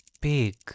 big